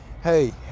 Hey